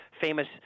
famous